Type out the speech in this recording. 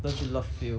don't you love phil